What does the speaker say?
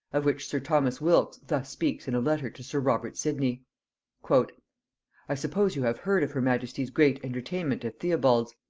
of which sir thomas wylks thus speaks in a letter to sir robert sidney i suppose you have heard of her majesty's great entertainment at theobalds',